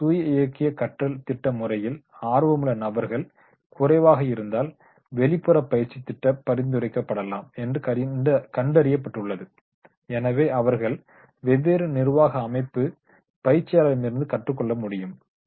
self directed learning programme முறையில் ஆர்வமுள்ள நபர்கள் குறைவாக இருந்தால் வெளிப்புற பயிற்சித் திட்டம் பரிந்துரைக்கப்படலாம் என்று கண்டறியப்பட்டுள்ளது எனவே அவர்கள் வெவ்வேறு நிர்வாக அமைப்பு பயிற்சியாளர்களிடமிருந்து கற்றுக்கொள்ள முடியும்